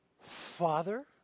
Father